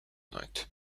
night